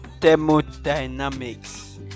thermodynamics